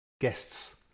guests